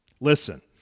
Listen